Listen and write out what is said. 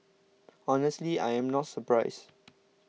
honestly I am not surprised